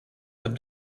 have